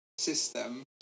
System